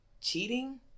cheating